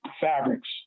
fabrics